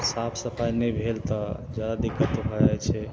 साफ सफाइ नहि भेल तऽ जादा दिक्कत भऽ जाइ छै